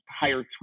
higher